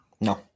No